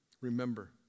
Remember